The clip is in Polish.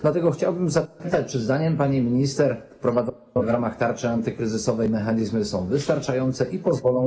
Dlatego chciałbym zapytać, czy zdaniem pani minister wprowadzone w ramach tarczy antykryzysowej mechanizmy są wystarczające i pozwolą.